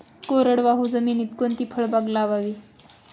कोरडवाहू जमिनीत कोणती फळबाग लावावी?